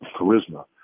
charisma